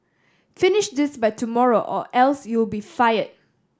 finish this by tomorrow or else you'll be fired